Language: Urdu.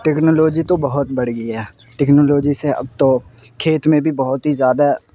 ٹیکنالوجی تو بہت بڑھ گئی ہے ٹیکنالوجی سے اب تو کھیت میں بھی بہت ہی زیادہ